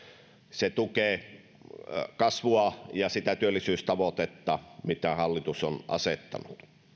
se tukee kasvua ja sitä työllisyystavoitetta minkä hallitus on asettanut